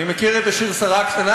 אני מכיר את השיר "שרה הקטנה",